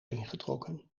ingetrokken